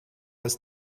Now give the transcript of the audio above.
ist